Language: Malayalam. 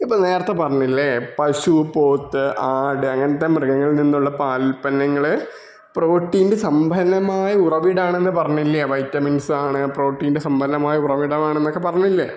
ഇപ്പോൾ നേരത്തെ പറഞ്ഞില്ലേ പശു പോത്ത് ആട് അങ്ങനത്തെ മൃഗങ്ങളിൽ നിന്നുള്ള പാലുൽപ്പന്നങ്ങള് പ്രോട്ടീൻ്റെ സമ്പന്നമായ ഉറവിടമാണെന്ന് പറഞ്ഞില്ലേ വൈറ്റമിൻസാണ് പ്രോട്ടീൻ്റെ സമ്പന്നമായ ഉറവിടമാണെന്നൊക്കെ പറഞ്ഞില്ലേ